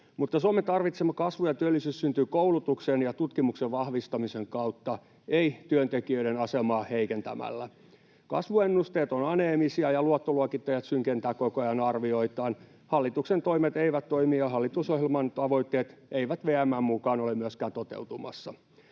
Mutta Suomen tarvitsema kasvu ja työllisyys syntyy koulutuksen ja tutkimuksen vahvistamisen kautta, ei työntekijöiden asemaa heikentämällä. Kasvuennusteet ovat aneemisia, ja luottoluokittajat synkentävät koko ajan arvioitaan. Hallituksen toimet eivät toimi, ja hallitusohjelman tavoitteet eivät VM:n mukaan ole myöskään toteutumassa.